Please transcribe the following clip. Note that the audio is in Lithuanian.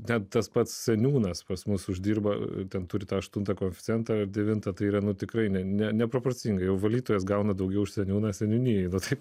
net tas pats seniūnas pas mus uždirba ten turi tą aštuntą koeficientą ar devintą tai yra tikrai ne ne neproporcingai valytojos gauna daugiau seniūną seniūnijai va taip